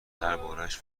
دربارهاش